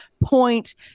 point